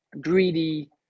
greedy